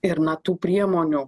ir na tų priemonių